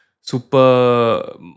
super